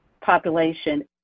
population